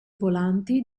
volanti